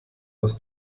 was